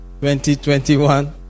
2021